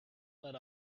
led